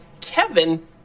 Kevin